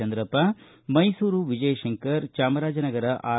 Chandrappa Mysuru Vijayashankar Chamarajanagar R